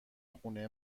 خونه